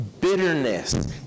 bitterness